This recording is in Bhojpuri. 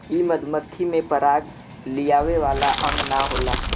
इ मधुमक्खी में पराग लियावे वाला अंग ना होला